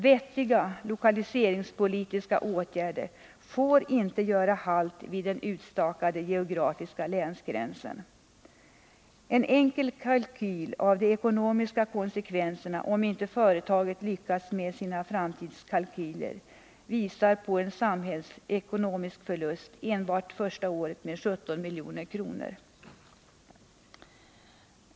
Vettiga lokaliseringspolitiska åtgärder får inte göra halt vid den utstakade geografiska länsgränsen. En enkel kalkyl av de ekonomiska konsekvenserna om företaget inte lyckas med sina framtidskalkyler visar på en samhällsekonomisk förlust enbart första året på 17 milj.kr.